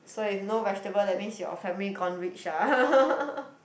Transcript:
so if no vegetable that means your family gone rich ah